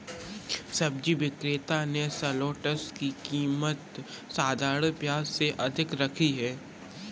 सब्जी विक्रेता ने शलोट्स की कीमत साधारण प्याज से अधिक रखी है